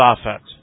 offense